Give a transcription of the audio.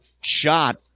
shot